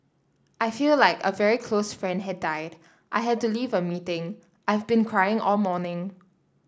I feel like a very close friend had died I had to leave a meeting I've been crying all morning